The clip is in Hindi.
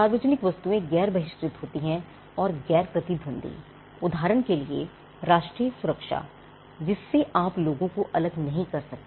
सार्वजनिक वस्तुएं गैर बहिष्कृत होती हैं और गैर प्रतिद्वंदी उदाहरण के लिए राष्ट्रीय सुरक्षा जिससे आप लोगों को अलग नहीं कर सकते